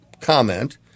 Comment